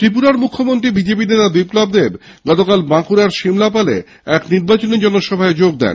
ত্রিপুরার মুখ্যমন্ত্রী বিপ্লব দেব গতকাল বাঁকুড়ার শিমলাপোলে এক নির্বাচনী জনসভায় যোগ দেন